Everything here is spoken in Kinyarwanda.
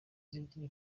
zigira